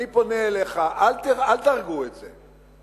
אני פונה אליך: אל תהרגו את זה.